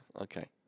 Okay